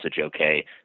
okay